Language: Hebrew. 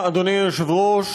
אדוני היושב-ראש,